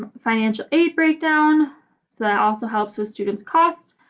financial aid breakdown so that also helps with students cost.